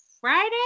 Friday